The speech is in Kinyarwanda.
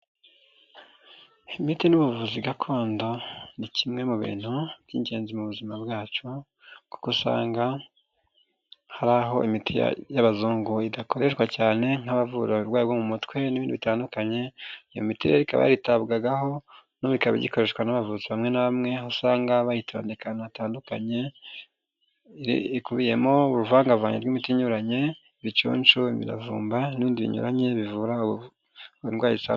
Imiti n'ubuvuzi gakondo ni kimwe mu bintu by'ingenzi mu buzima bwacu kuko usanga hari aho imiti y'abazungu idakoreshwa cyane nk'abavura uburwayi bwo mu mutwe n'ibindi bitandukanye iyo miti rero ikaba yaritabwagaho nubu ikaba igikoreshwa n'abavuzi bamwe na bamwe aho usanga bayitondeka ahantu hatandukanye ikubiyemo uruvangavange rw'imiti inyuranye ibicunshu, imiravumba n'ibindi binyuranye bivura indwara isa.